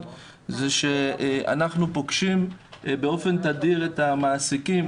הוא שאנחנו פוגשים באופן תדיר את המעסיקים.